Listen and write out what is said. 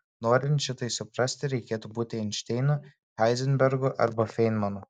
norint šitai suprasti reikėtų būti einšteinu heizenbergu arba feinmanu